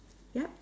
yup